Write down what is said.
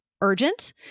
urgent